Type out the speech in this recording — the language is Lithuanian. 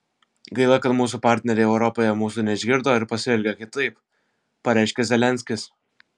gaila kad mūsų partneriai europoje mūsų neišgirdo ir pasielgė kitaip pareiškė zelenskis